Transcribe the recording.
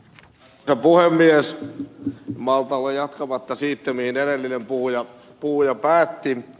en malta olla jatkamatta siitä mihin edellinen puhuja päätti